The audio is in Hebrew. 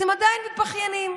אתם עדיין מתבכיינים.